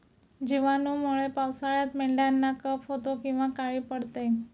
जिवाणूंमुळे पावसाळ्यात मेंढ्यांना कफ होतो किंवा काळी पडते